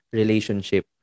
relationship